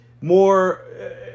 more